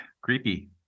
creepy